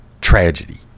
tragedy